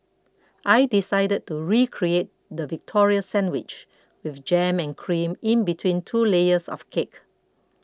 I decided to recreate the Victoria Sandwich with jam and cream in between two layers of cake